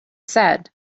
said